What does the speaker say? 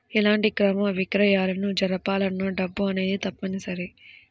ఎలాంటి క్రయ విక్రయాలను జరపాలన్నా డబ్బు అనేది తప్పనిసరి